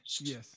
Yes